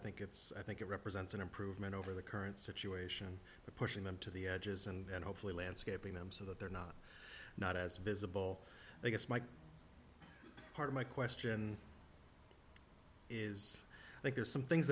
think it's i think it represents an improvement over the current situation pushing them to the edges and hopefully landscaping them so that they're not not as visible i guess my heart my question is that there are some things